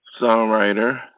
songwriter